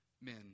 men